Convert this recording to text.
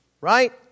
Right